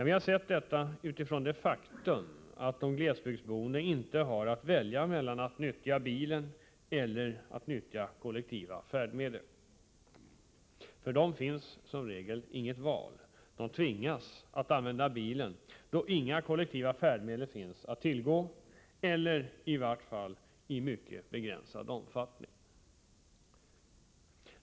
Vi har sett detta utifrån det faktum att de glesbygdsboende inte har möjlighet att välja mellan att nyttja bilen eller kollektiva färdmedel — för dem finns som regel inget val; de tvingas att använda bilen då inga kollektiva färdmedel finns att tillgå eller i vart fall i mycket begränsad omfattning.